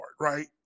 Right